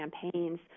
campaigns